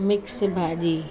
mix भाॼी